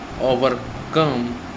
overcome